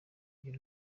iyo